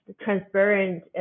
transparent